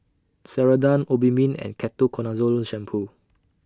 Ceradan Obimin and Ketoconazole Shampoo